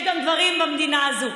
יש גם דברים במדינה הזו,